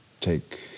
take